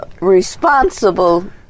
Responsible